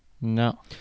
No